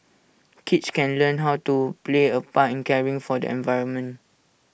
kids can learn how to play A part in caring for the environment